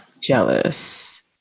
Jealous